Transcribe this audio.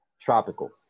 tropical